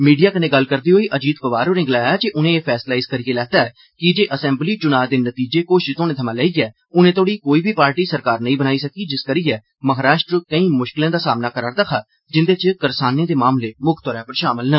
media कन्नै गल्ल करदे होई अजीत पवार होरें गलाया जे उनें एह् फैसला इस करियै लैता ऐ कीजे असैम्बली चुनां दे नतीजे घोषित होने थमां लेइयै हूनै तोहड़ी कोई बी पार्टी सरकार नेईं बनाई सकी जिस करियै महाराष्ट्र केई मुश्कलें दा सामना करा'रदा हा जिंदे च करसानें दे मामले मुक्ख तौर पर शामल न